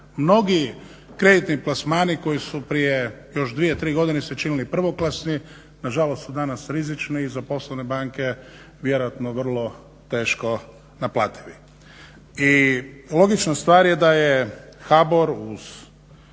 Mnogi kreditni plasmani koji su prije još dvije, tri godine se činili prvoklasni nažalost su danas rizični i za poslovne banke vjerojatno vrlo teško naplativi. I logična stvar je da je HBOR uz